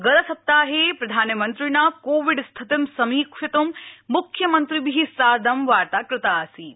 गत सप्ताहे प्रधानमन्त्रिणा कोविड स्थितिं समीक्षित् मुख्यमंत्रिभि साधं वार्ता कृता आसीत्